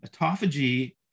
autophagy